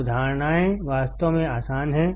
अवधारणाएं वास्तव में आसान हैं